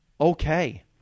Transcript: okay